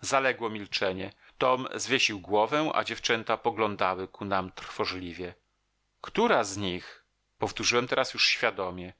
zaległo milczenie tom zwiesił głowę a dziewczęta poglądały ku nam trwożliwie która z nich powtórzyłem teraz już świadomie